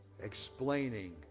explaining